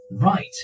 Right